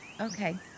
Okay